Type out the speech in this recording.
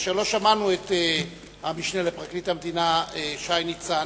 כאשר לא שמענו את המשנה לפרקליט המדינה שי ניצן,